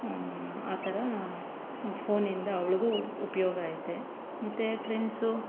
ಆ ಥರ ಫೋನಿಂದ ಅವ್ಳಿಗೂ ಉಪಯೋಗ ಐತೆ ಮತ್ತು ಫ್ರೆಂಡ್ಸು